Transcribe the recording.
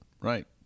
right